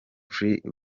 free